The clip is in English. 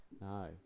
No